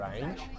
range